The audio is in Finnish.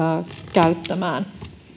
käyttämään olisivat maksuttomia